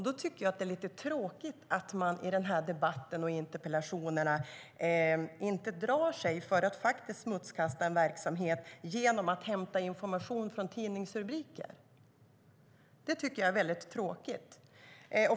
Då tycker jag att det är lite tråkigt att ni i denna debatt och interpellationerna inte drar er för att faktiskt smutskasta en verksamhet genom att hämta information från tidningsrubriker. Det tycker jag är väldigt tråkigt.